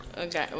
Okay